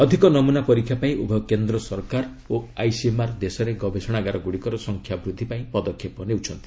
ଅଧିକ ନମୁନା ପରୀକ୍ଷା ପାଇଁ ଉଭୟ କେନ୍ଦ୍ର ସରକାର ଓ ଆଇସିଏମ୍ଆର୍ ଦେଶରେ ଗବେଷଣାଗାର ଗ୍ରଡ଼ିକର ସଂଖ୍ୟା ବୃଦ୍ଧି ପାଇଁ ପଦକ୍ଷେପ ନେଉଛନ୍ତି